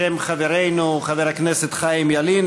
בשם חברנו חבר הכנסת חיים ילין,